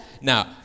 Now